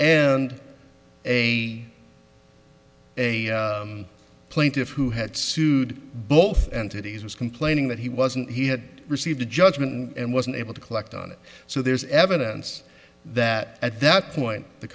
and a a plaintiff who had sued both entities was complaining that he wasn't he had received a judgment and wasn't able to collect on it so there's evidence that at that point the